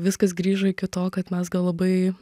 viskas grįžo iki to kad mes gal labai